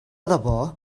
debò